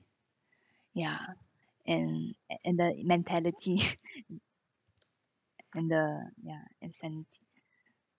ya and and that mentality and the ya and then